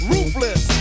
Ruthless